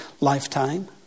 lifetime